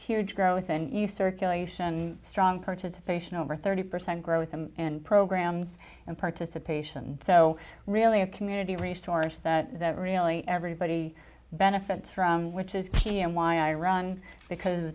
huge growth and you circulation strong participation over thirty percent growth and programs and participation so really a community resource that really everybody benefits from which is why i run because